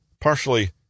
Partially